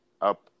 up